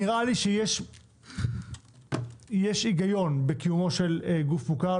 נראה לי שיש היגיון בקיומו של גוף מוכר.